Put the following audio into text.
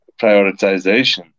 prioritization